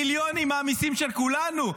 מיליונים מהמיסים של כולנו.